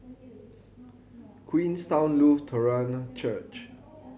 Queenstown Lutheran Church